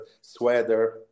sweater